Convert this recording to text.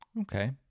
Okay